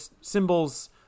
symbols